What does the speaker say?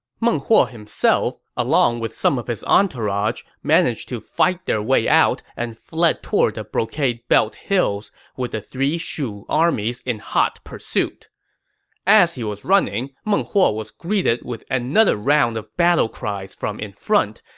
meng huo himself, along with some of his entourage, managed to fight their way out and fled toward the brocade belt hills, with the three shu armies in hot pursuit as he was running, meng huo was greeted with another round of battle cries from in front,